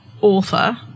author